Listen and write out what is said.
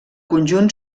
conjunt